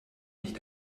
nicht